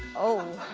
oh.